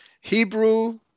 Hebrew